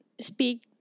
speak